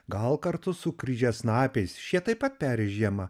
gal kartu su kryžiasnapiais šie taip pat peri žiemą